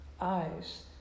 Eyes